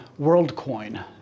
WorldCoin